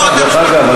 דרך אגב,